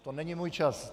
To není můj čas.